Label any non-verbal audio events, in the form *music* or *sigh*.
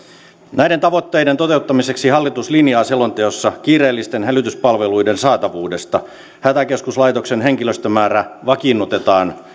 näiden tavoitteiden toteuttamiseksi hallitus linjaa selonteossa kiireellisten hälytyspalveluiden saatavuudesta hätäkeskuslaitoksen henkilöstömäärä vakiinnutetaan *unintelligible*